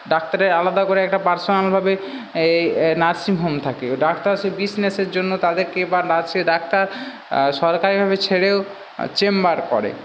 ডাক্তারের আলাদা করে একটা পার্সোনালভাবে এই নার্সিং হোম থাকে ডাক্তার সে বিসনেসের জন্য তাদেরকে বা সে ডাক্তার সরকারিভাবে ছেড়েও চেম্বার করে